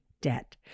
debt